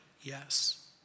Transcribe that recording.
Yes